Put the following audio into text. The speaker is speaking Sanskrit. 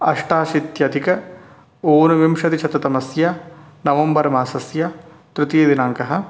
अष्टाशीत्यधिक ऊनविंशतिशततमस्य नवम्बर् मासस्य तृतीयदिनाङ्कः